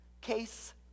Case